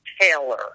Taylor